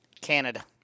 Canada